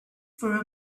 for